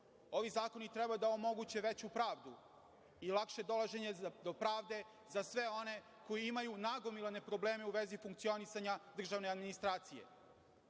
zakoni treba da omoguće veću pravdu i lakše dolaženje do pravde za sve one koji imaju nagomilane probleme u vezi funkcionisanja državne administracije.